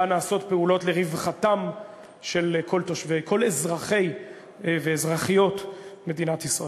אלא נעשות פעולות לרווחתם של כל אזרחי ואזרחיות מדינת ישראל.